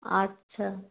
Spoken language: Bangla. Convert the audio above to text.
আচ্ছা